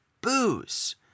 booze